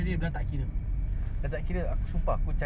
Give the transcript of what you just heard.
aku spend de~ bagi kat kenneth berbual dengan dia